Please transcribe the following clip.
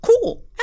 cool